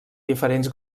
diferents